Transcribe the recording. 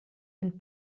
and